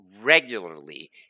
regularly